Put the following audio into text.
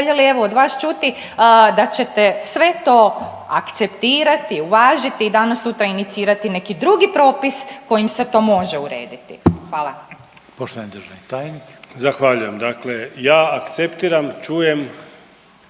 voljeli evo od vas čuti da ćete sve to akceptirati, uvažiti i danas sutra inicirati neki drugi propis kojim se to može urediti. Hvala. **Reiner, Željko (HDZ)** Poštovani državni tajnik.